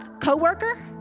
co-worker